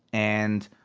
and,